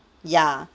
ya